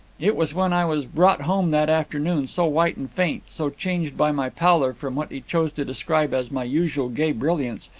it was when i was brought home that afternoon, so white and faint, so changed by my pallor from what he chose to describe as my usual gay brilliance,